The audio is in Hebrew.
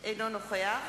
אינו נוכח